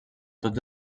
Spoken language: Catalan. tots